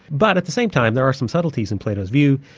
but at the same time there are some subtleties in plato's view,